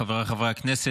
חבריי חברי הכנסת,